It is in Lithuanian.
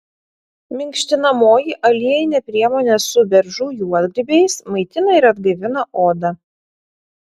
minkštinamoji aliejinė priemonė su beržų juodgrybiais maitina ir atgaivina odą